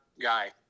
guy